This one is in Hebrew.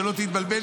שלא תתבלבל,